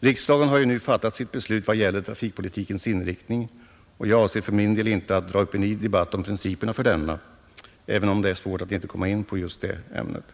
Riksdagen har nu fattat sitt beslut vad gäller trafikpolitikens inriktning, och jag avser för min del inte att dra upp en ny debatt om principerna för denna, även om det är svårt att inte komma in på det ämnet.